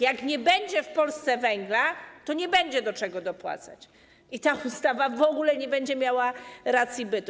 Jak nie będzie w Polsce węgla, to nie będzie do czego dopłacać i ta ustawa w ogóle nie będzie miała racji bytu.